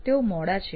તેઓ મોડા છે